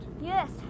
Yes